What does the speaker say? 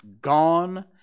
Gone